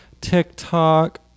TikTok